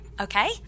Okay